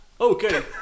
Okay